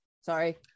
Sorry